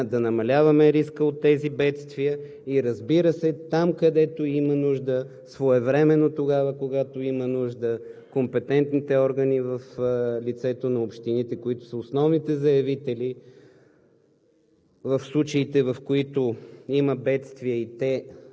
риск за живота и здравето на българските граждани, да намаляваме риска от тези бедствия и, разбира се, там, където има нужда, своевременно, когато има нужда, компетентните органи в лицето на общините, които са основните заявители